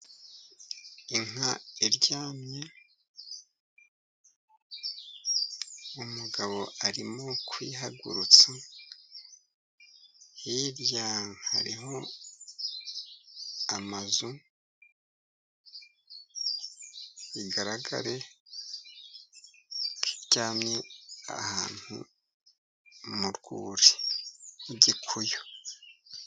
Inka iryamye, umugabo arimo kuyihagurutsa hirya hariho amazu bigaragare ko iryamye ahantu mu rwuri h'igikuyu.